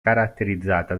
caratterizzata